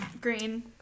Green